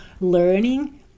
learning